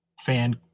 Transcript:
fan